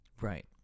Right